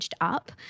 up